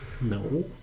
No